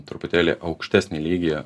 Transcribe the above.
truputėlį aukštesnį lygį